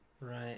Right